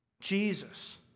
Jesus